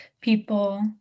people